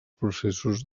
processos